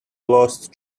lost